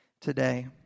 today